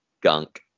gunk